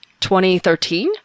2013